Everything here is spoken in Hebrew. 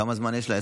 כמה זמן יש לה?